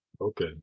Okay